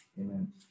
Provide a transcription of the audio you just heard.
Amen